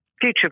future